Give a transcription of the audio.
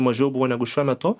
mažiau buvo negu šiuo metu